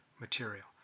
material